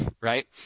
right